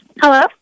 Hello